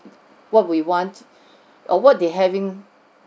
what we want or what they're having